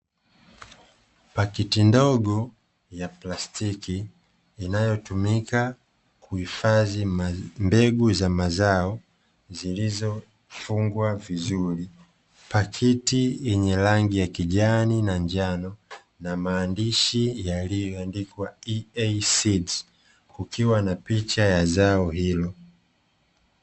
Pakiti ndogo ya plastiki inayotumika kuhifadhi mbegu za mazao zilizofungwa vizuri, pakiti yenye rangi ya kijani na njano na maandishi yaliyoandikwa " EA SEED " kukiwa na picha ya zao hilo.